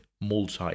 multi-